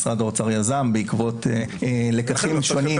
משרד האוצר יזם בעקבת לקחים שונים,